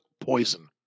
poison